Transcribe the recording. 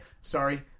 sorry